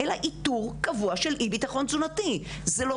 אלא איתור קבוע של אי ביטחון תזונתי,